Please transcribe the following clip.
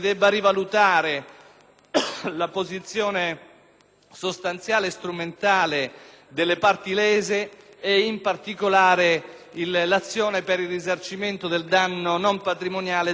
la posizione sostanziale e strumentale delle parti lese e, in particolare, l'azione per il risarcimento del danno non patrimoniale derivante dal reato.